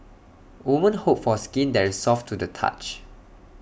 women hope for skin that is soft to the touch